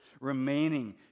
remaining